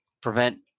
prevent